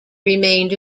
remained